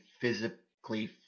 physically